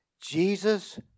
Jesus